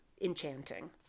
enchanting